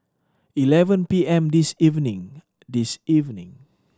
eleven P M this evening this evening